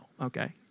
okay